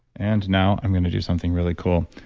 and now i'm going to do something really cool.